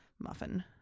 muffin